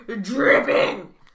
dripping